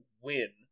win